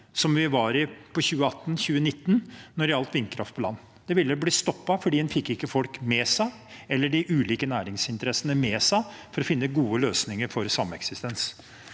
som vi var i i 2018 og 2019 når det gjaldt vindkraft på land. Det ville bli stoppet fordi en ikke fikk folk eller de ulike næringsinteressene med seg for å finne gode løsninger for sameksistens.